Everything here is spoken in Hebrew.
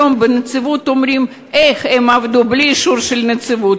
היום בנציבות אומרים: איך הם עבדו בלי אישור של הנציבות?